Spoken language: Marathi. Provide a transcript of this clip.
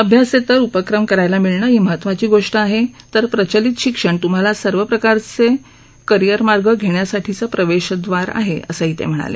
अभ्यासेतर उपक्रम करायला मिळणं ही महत्वाची गोष्ट आहे तर प्रचलित शिक्षण तूम्हाला सर्व प्रकारचे करिअर मार्ग घेण्यासाठीचं प्रवेशद्वार आहे असंही ते म्हणाले